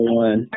one